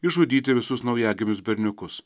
išžudyti visus naujagimius berniukus